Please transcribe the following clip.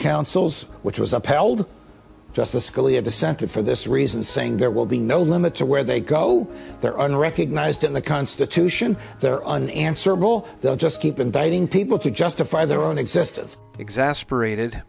counsels which was upheld justice scalia dissented for this reason saying there will be no limit to where they go there are no recognized in the constitution they're unanswerable they'll just keep inviting people to justify their own existence exasperated